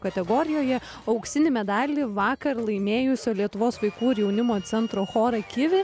kategorijoje auksinį medalį vakar laimėjusio lietuvos vaikų ir jaunimo centro chorą kivi